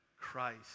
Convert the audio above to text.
Christ